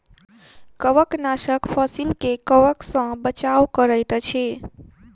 कवकनाशक फसील के कवक सॅ बचाव करैत अछि